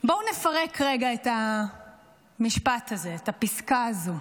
בואו נפרק רגע את המשפט הזה, את הפסקה הזאת: